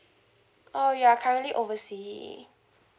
oh you are currently oversea